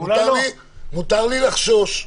מותר לי לחשוש.